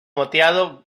moteado